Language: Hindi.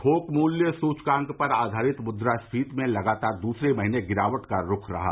थोक मूल्य सूचकांक पर आधारित मुद्रास्फीति में लगातार दूसरे महीने गिरावट का रूख रहा